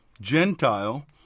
Gentile